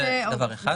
זה דבר אחד.